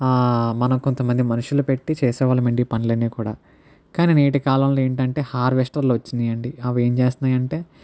మనకు కొంతమంది మనుషులు పెట్టి చేసేవాళ్ళమండి ఈ పనులన్ని కూడా కాని నేటికాలంలో ఏంటంటే హార్వెస్టర్ లు వచ్చినాయండి అవి ఏంచేస్తున్నాయంటే